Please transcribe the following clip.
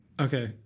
Okay